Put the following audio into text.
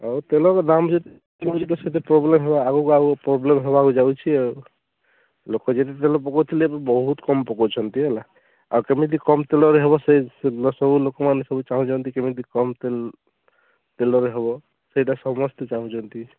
ଆଉ ତେଲର ଦାମ୍ ଯଦି ବେଶୀ ପ୍ରୋବ୍ଲେମ୍ ହେଲା ଆଗକୁ ଆଗକୁ ପ୍ରୋବ୍ଲେମ୍ ହେବାକୁ ଯାଉଛି ଆଉ ଲୋକ ଯେତେ ତେଲ ପକଉ ଥିଲେ ବହୁତ କମ୍ ପକଉଛନ୍ତି ହେଲା ଆଉ କେମିତି କମ୍ ତେଲରେ ହେବ ସେ ସେଇ ସବୁ ଲୋକମାନେ ସବୁ ଚାହୁଁଛନ୍ତି କେମିତି କମ୍ ତେଲ ତେଲରେ ହବ ସେଇଟା ସମସ୍ତେ ଚାହୁଁଛନ୍ତି